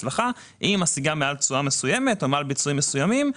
אם היא משיגה מעל תשואה מסוימת או מעל ביצועים מסוימים,